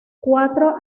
cuatro